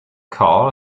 carl